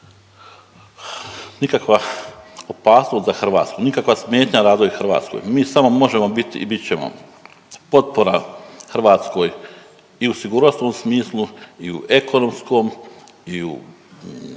nikakva opasnost za Hrvatsku, nikakva smetnja razvoju Hrvatske, mi samo možemo biti i bit ćemo potpora Hrvatskoj i u sigurnosnom smislu u i ekonomskom i u